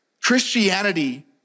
Christianity